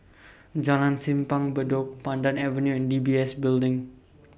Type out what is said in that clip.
Jalan Simpang Bedok Pandan Avenue and D B S Building